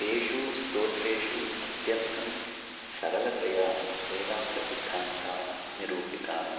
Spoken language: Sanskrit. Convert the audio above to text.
तेषु स्तोत्रेषु अत्यन्तं सरलतया वेदान्तसिद्धान्ताः निरूपिताः